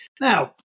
now